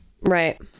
Right